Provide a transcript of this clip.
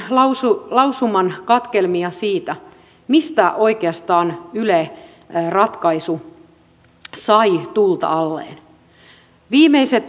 tässä joitakin lausuman katkelmia siitä mistä oikeastaan yle ratkaisu sai tuulta alleen